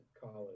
college